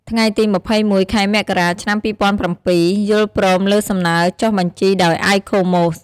ថ្ងៃទី២១ ខែមករា ឆ្នាំ២០០៧ យល់ព្រមលើសំណើចុះបញ្ជីដោយ ICOMOS។